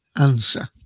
answer